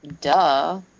Duh